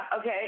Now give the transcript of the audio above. Okay